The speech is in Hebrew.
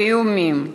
באיומים,